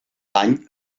dany